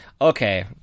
Okay